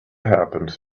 happens